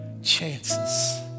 Chances